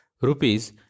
rupees